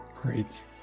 great